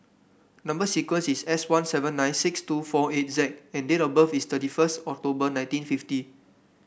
number sequence is S one seven nine six two four eight Z and date of birth is thirty first October nineteen fifty